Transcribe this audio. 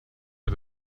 der